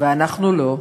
ואנחנו לא,